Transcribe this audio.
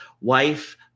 wife